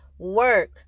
work